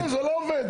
כן, זה לא עובד.